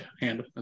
Hand